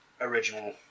original